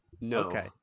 No